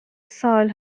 سال